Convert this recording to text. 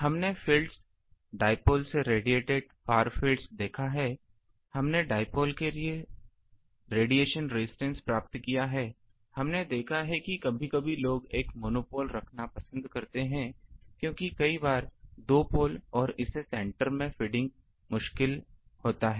हमने fields dipole से radiate far field देखा है हमने डाइपोल के लिए रेडिएशन रेजिस्टेंस प्राप्त किया है हमने देखा है कि कभी कभी लोग एक मोनोपोल रखना पसंद करते हैं क्योंकि कई बार दो पोल और इसे सेंटर में फीडिंग मुश्किल होता है